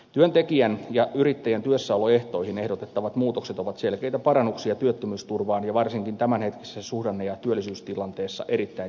työntekijän ja yrittäjän työssäoloehtoihin ehdotettavat muutokset ovat selkeitä parannuksia työttömyysturvaan ja varsinkin tämänhetkisessä suhdanne ja työllisyystilanteessa erittäin tervetulleita